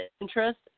interest